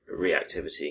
reactivity